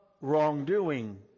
wrongdoing